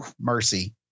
mercy